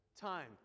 time